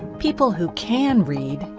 people who can read,